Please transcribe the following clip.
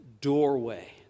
doorway